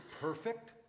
perfect